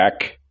Jack